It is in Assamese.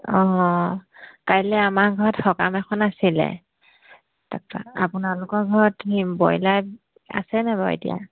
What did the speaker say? অঁ কাইলৈ আমাৰ ঘৰত সকাম এখন আছিলে তাৰপৰা আপোনালোকৰ ঘৰত সেই ব্ৰইলাৰ আছেনে বাৰু এতিয়া